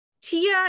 Tia